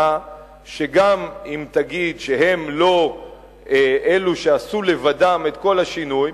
שגם אם תגיד שהם לא אלו שעשו לבדם את כל השינוי,